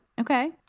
Okay